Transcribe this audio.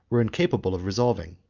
were incapable of resolving.